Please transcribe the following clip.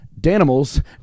Danimals